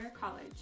College